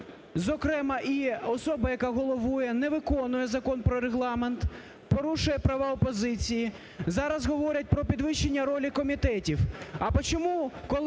зокрема і особа, яка головує, не виконує Закон про Регламент, порушує права опозиції. Зараз говорять про підвищення ролі комітетів,